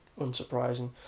unsurprising